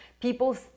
people